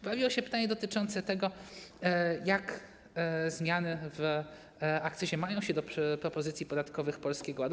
Pojawiło się pytanie dotyczące tego, jak zmiany w akcyzie mają się do propozycji podatkowych Polskiego Ładu.